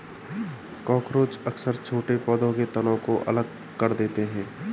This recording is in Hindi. कॉकरोच अक्सर छोटे पौधों के तनों को अलग कर देते हैं